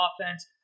offense